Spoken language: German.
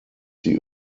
sie